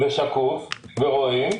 שקוף ונראה,